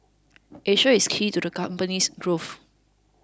Asia is key to the company's growth